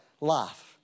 life